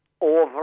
over